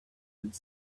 had